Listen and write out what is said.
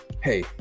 Hey